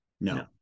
no